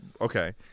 okay